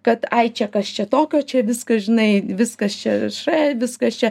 kad ai čia kas čia tokio čia viskas žinai viskas čia š viskas čia